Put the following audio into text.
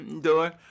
door